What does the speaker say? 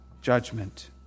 judgment